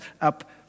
up